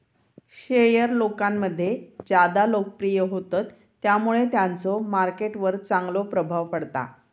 share लोकांमध्ये ज्यादा लोकप्रिय होतत त्यामुळे त्यांचो मार्केट वर चांगलो प्रभाव पडता